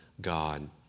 God